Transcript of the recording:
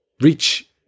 reach